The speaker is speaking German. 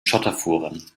schotterfuhren